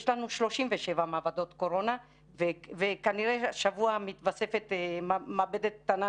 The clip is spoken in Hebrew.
יש לנו 37 מעבדות קורונה וכנראה השבוע מתווספת מעבדה קטנה,